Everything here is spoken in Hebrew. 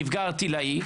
הנפגע הוא ערטילאי,